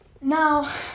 Now